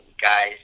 guys